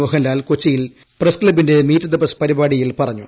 മോഹൻലാൽ കൊച്ചിയിൽ പ്രസ് ക്ലബിന്റെ meet the press പരിപാടിയിൽ പറഞ്ഞു